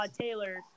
Taylor